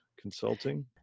Consulting